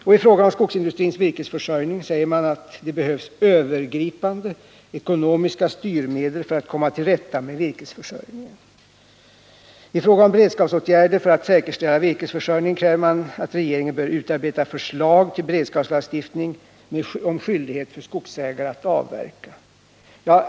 När det gäller skogsindustrins virkesförsörjning säger man att det behövs ”övergripande ekonomiska styrmedel” för att komma till rätta med virkesförsörjningen, och beträffande beredskapsåtgärder för att säkerställa virkesförsörjningen säger man att regeringen ”bör utarbeta förslag till beredskapslagstiftning om skyldighet för skogsägare att avverka”.